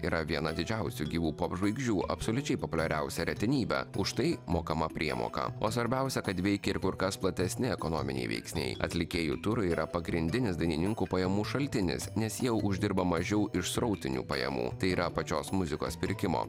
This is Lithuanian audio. yra viena didžiausių gyvų popžvaigždžių absoliučiai populiariausia retenybė už tai mokama priemoka o svarbiausia kad veikia ir kur kas platesni ekonominiai veiksniai atlikėjų turai yra pagrindinis dainininkų pajamų šaltinis nes jie uždirba mažiau iš srautinių pajamų tai yra pačios muzikos pirkimo